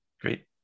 Great